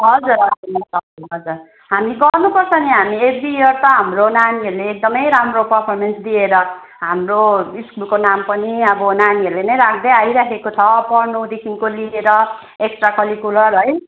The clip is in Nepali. हजुर हजुर मिस हजुर हजुर हामी गर्नुपर्छ नि हामी एभ्री इयर त हाम्रो नानीहरूले एकदमै राम्रो परफर्मेन्स दिएर हाम्रो स्कुलको नाम पनि अब नानीहरूले नै राख्दै आइराखेको छ पढ्नुदेखिको लिएर एक्स्ट्रा करिक्युलर है